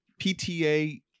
PTA